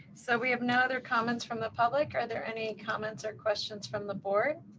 so we have no other comments from the public. are there any comments or questions from the board?